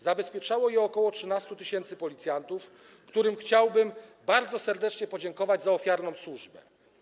Zabezpieczało je ok. 13 tys. policjantów, którym chciałbym bardzo serdecznie podziękować za ofiarną służbę.